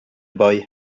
boy